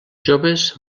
joves